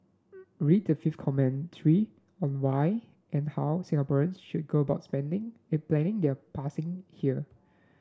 read the fifth commentary on why and how Singaporeans should go about spending planning their passing here